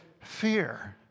fear